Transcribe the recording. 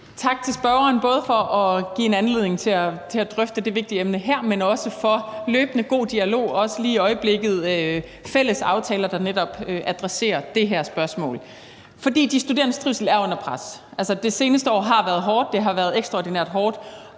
Tak til spørgeren både for at give en anledning til at drøfte det vigtige emne her, men også for en løbende god dialog, også lige i øjeblikket om fælles aftaler, der netop adresserer det her spørgsmål, for de studerendes trivsel er under pres. Det seneste år har været hårdt. Det har været ekstraordinært hårdt